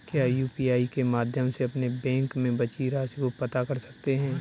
क्या यू.पी.आई के माध्यम से अपने बैंक में बची राशि को पता कर सकते हैं?